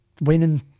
winning